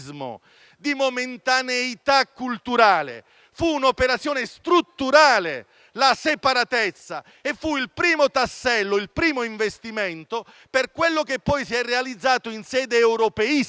di momentaneità culturale; la separazione fu un'operazione strutturale e fu il primo tassello e il primo investimento per quello che poi si è realizzato in sede europeista.